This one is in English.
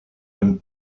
and